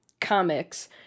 comics